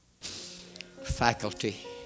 Faculty